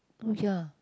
oh ya